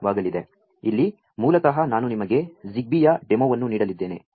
ಇಲ್ಲಿ ಮೂ ಲತಃ ನಾ ನು ನಿಮಗೆ ZigBeeಯ ಡೆಮೊವನ್ನು ನೀ ಡಲಿದ್ದೇ ನೆ